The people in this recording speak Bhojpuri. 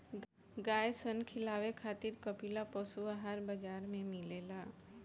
गाय सन खिलावे खातिर कपिला पशुआहार बाजार में मिलेला